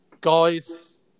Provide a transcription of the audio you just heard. Guys